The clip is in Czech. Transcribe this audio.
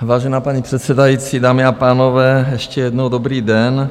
Vážená paní předsedající, dámy a pánové, ještě jednou dobrý den.